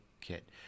kit